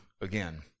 again